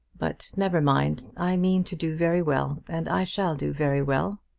but never mind i mean to do very well, and i shall do very well.